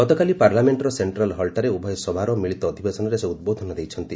ଗତକାଲି ପାର୍ଲାମେଷ୍ଟ୍ର ସେକ୍ଟ୍ରାଲ୍ ହଲ୍ଠାରେ ଉଭୟ ସଭାର ମିଳିତ ଅଧିବେଶନରେ ସେ ଉଦ୍ବୋଧନ ଦେଇଛନ୍ତି